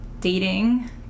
dating